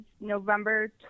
November